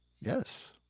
Yes